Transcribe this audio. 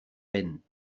vent